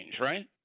right